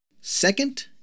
Second